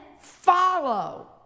follow